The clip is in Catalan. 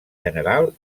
general